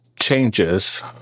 changes